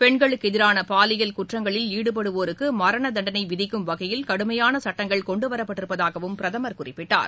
பெண்களுக்கு எதிரான பாலியல் குற்றங்களில் ஈடுபடுவோருக்கு மரண தண்டனை விதிக்கும் வகையில் கடுமையான சட்டங்கள் கொண்டுவரப்பட்டிருப்பதாகவும் பிரதமர் குறிப்பிட்டார்